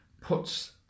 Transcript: puts